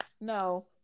No